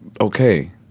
okay